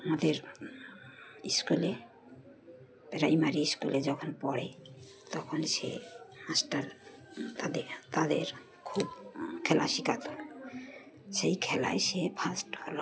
আমাদের স্কুলে প্রাইমারি স্কুলে যখন পড়ে তখন সে মাস্টার তাদের তাদের খুব খেলা শেখাতো সেই খেলায় সে ফার্স্ট হলো